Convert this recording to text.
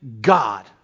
God